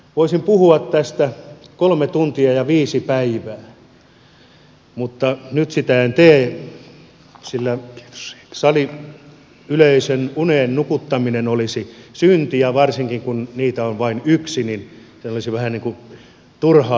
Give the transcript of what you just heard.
voisin puhua tästä kolme tuntia ja viisi päivää mutta nyt sitä en tee sillä saliyleisön uneen nukuttaminen olisi syntiä varsinkin kun yleisöä on vain yksi henkilö jolloin se olisi vähän niin kuin turhaa hypnotisointia